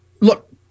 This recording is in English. Look